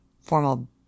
formal